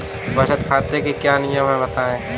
बचत खाते के क्या नियम हैं बताएँ?